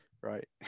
right